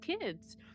kids